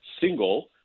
single